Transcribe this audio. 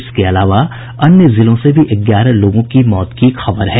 इसके अलावा अन्य जिलों से भी ग्यारह लोगों की मौत की खबर है